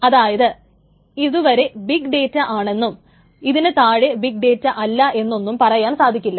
അതായത് ഇതുവരെ big data ആണെന്നും ഇതിനു താഴെ ബിഗ് ഡേറ്റ അല്ല എന്നൊന്നും പറയാൻ സാധിക്കില്ല